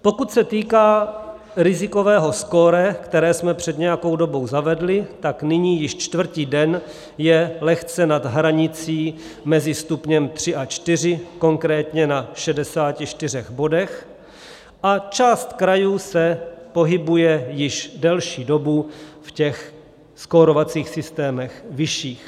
Pokud se týká rizikového skóre, které jsme před nějakou dobou zavedli, tak nyní již čtvrtý den je lehce nad hranicí mezi stupněm 3 a 4, konkrétně na 64 bodech, a část krajů se pohybuje již delší dobu v těch skórovacích systémech vyšších.